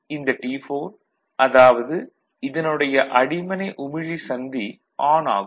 இந்த T4 அதாவது இதனுடைய அடிமனை உமிழி சந்தி ஆன் ஆகும்